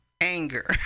Anger